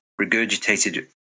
regurgitated